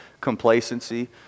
complacency